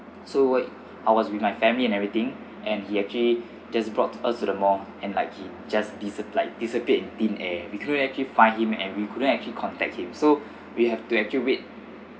so wait I was with my family and everything and he actually just brought us to the mall and like he just dissipl~ dissipate in thin air we couldn't actually find him and we couldn't actually contact him so we have to actually wait